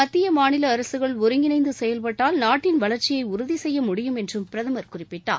மத்திய மாநில அரசுகள் ஒருங்கிணைந்து செயல்பட்டால் நாட்டின் வளர்ச்சியை உறுதி செய்ய முடியும் என்றும் பிரதமர் குறிப்பிட்டார்